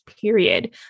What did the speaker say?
period